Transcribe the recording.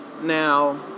Now